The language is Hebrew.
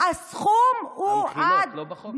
הסכום הוא עד, המכינות לא בחוק?